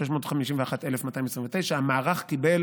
המערך קיבל